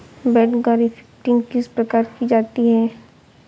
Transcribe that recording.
बड grafting किस प्रकार की जाती है?